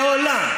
מעולם,